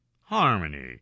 Harmony